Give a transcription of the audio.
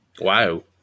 Wow